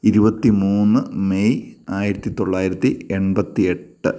ഇരുപത്തി മൂന്ന് മെയ് ആയിരത്തിത്തൊള്ളായിരത്തി എൺപത്തി എട്ട്